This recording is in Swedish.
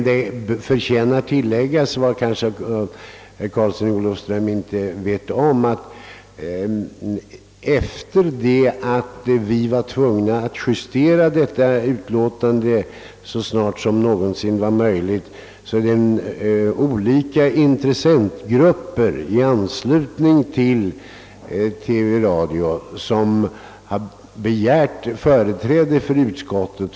Det förtjänar att tilläggas, något som herr Karlsson i Olofström kanske inte känner till, att eftersom vi var tvungna att justera utlåtandet så snart som möjligt har jag i egenskap av ordförande tvingats neka olika intressentgrupper med anknytning till TV-radio företräde i utskottet.